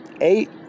eight